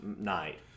night